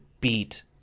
beat